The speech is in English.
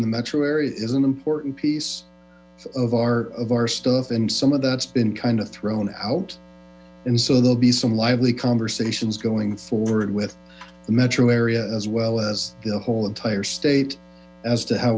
in the metro area is an important piece of art of our stuff and some of that's been kind of thrown out and so there'll be some lively conversations going forward with the metro area as well as the whole entire stata a as t to how